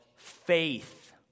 faith